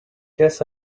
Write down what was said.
guess